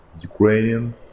Ukrainian